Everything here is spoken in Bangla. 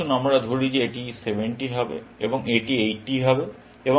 আসুন আমরা ধরি যে এটি 70 হবে এবং এটি 80 হবে